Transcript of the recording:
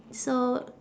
so